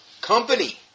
company